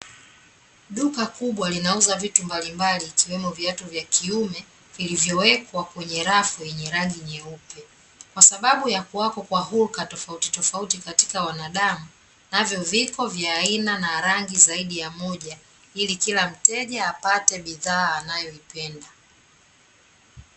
Duka kubwa linauza vitu mbalimbali ikiwemo viatu vya kiume vilivyowekwa kwenye rafu yenye rangi nyeupe, kwasababu ya kuwako kwa hulka tofauti tofauti katika wanadamu, navyo viko vya aina na rangi zaidi ya moja ili kila mteja apate bidhaa anayoipenda.